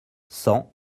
cent